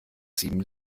sieben